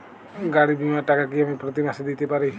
গাড়ী বীমার টাকা কি আমি প্রতি মাসে দিতে পারি?